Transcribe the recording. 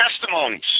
testimonies